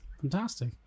Fantastic